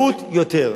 יותר.